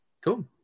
Cool